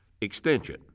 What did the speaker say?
extension